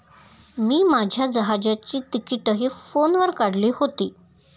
मी माझ्या जहाजाची तिकिटंही फोनवर काढली होती